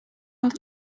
was